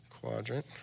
quadrant